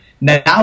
Now